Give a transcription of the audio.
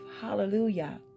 Hallelujah